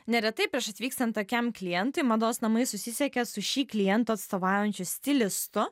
neretai prieš atvykstant tokiam klientui mados namai susisiekia su šį kliento atstovaujančiu stilistu